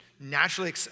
naturally